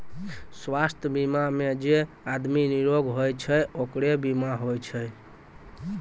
स्वास्थ बीमा मे जे आदमी निरोग होय छै ओकरे बीमा होय छै